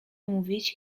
mówić